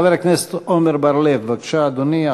חבר הכנסת עמר בר-לב, בבקשה, אדוני.